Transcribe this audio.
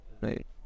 Right